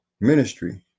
ministry